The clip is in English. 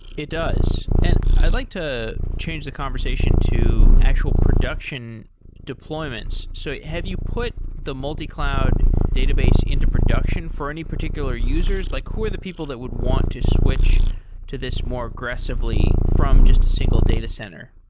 it does, and i'd like to change the conversation to actual production deployments. so have you put the multi-cloud database into production for any particular users? like who are the people that would want to switch to this more aggressively from just a single data center?